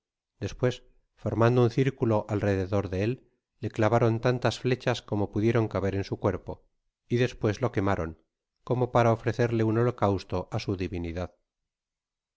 despues formando un circulo alrededor de él le clavaron tantas flechas como pudieron caber en su cuerpo y despues lo que macon como para ofrecerle un holocausto á su divinidad